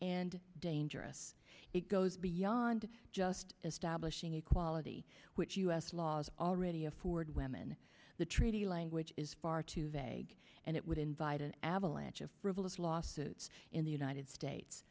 and dangerous it goes beyond just as stablish inequality which u s laws already afford women the treaty language is far too vague and it would invite an avalanche of frivolous lawsuits in the united states